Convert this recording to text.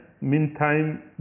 meantime